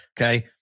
Okay